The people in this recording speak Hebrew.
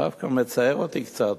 זה דווקא מצער אותי קצת,